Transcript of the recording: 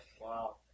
Wow